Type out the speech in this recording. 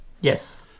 yes